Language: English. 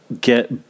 get